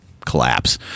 Collapse